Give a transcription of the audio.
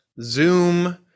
zoom